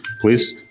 please